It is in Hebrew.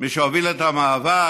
מי שהוביל את המאבק,